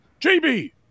JB